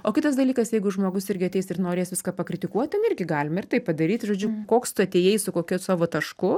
o kitas dalykas jeigu žmogus irgi ateis ir norės viską pakritikuoti ten irgi galima ir tai padaryti žodžiu koks tu atėjai su kokiu savo tašku